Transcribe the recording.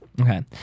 Okay